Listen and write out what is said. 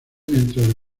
mientras